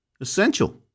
essential